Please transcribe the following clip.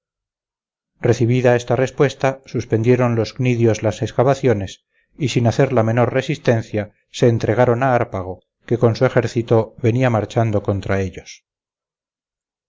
recibida esta respuesta suspendieron los cnidios las excavaciones y sin hacer la menor resistencia se entregaron a hárpago que con su ejército venía marchando contra ellos